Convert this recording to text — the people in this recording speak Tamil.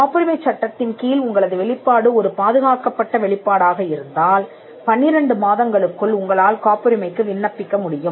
காப்புரிமைச் சட்டத்தின் கீழ் உங்களது வெளிப்பாடு ஒரு பாதுகாக்கப்பட்ட வெளிப்பாடாக இருந்தால் 12 மாதங்களுக்குள் உங்களால் காப்புரிமைக்கு விண்ணப்பிக்க முடியும்